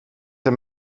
der